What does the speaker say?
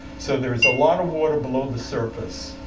so, there is a lot of water below the surface.